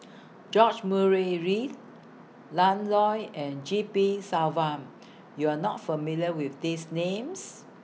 George Murray Reith Lan Loy and G P Selvam YOU Are not familiar with These Names